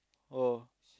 oh